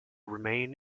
remain